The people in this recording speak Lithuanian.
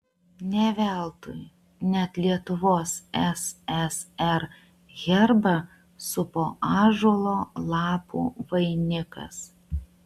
ne veltui net lietuvos ssr herbą supo ąžuolo lapų vainikas